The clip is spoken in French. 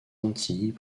antilles